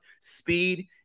speed